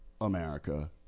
America